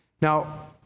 Now